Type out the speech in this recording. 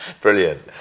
Brilliant